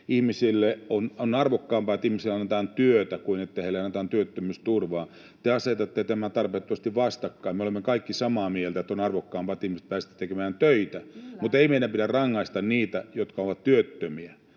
totesi, että on arvokkaampaa, että ihmisille annetaan työtä, kuin että heille annetaan työttömyysturvaa. Te asetatte nämä tarpeettomasti vastakkain. Me olemme kaikki samaa mieltä, että on arvokkaampaa, että ihmiset pääsevät tekemään töitä, mutta ei meidän pidä rangaista niitä, jotka ovat työttömiä.